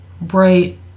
bright